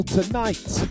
Tonight